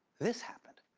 this happened.